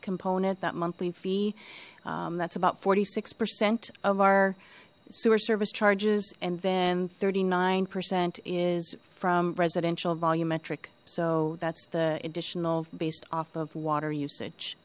component that monthly fee that's about forty six percent of our sewer service charges and then thirty nine percent is from residential volumetric so that's the additional based off of water